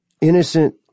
innocent